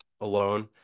alone